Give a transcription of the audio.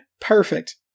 Perfect